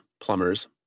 plumbers